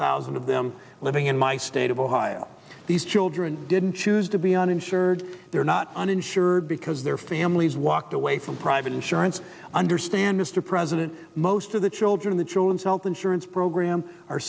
thousand of them living in my state of ohio these children didn't choose to be uninsured they're not uninsured because their families walked away from private insurance understands the president most of the children the children's health insurance program